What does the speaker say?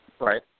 Right